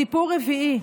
סיפור רביעי.